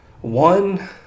one